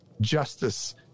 justice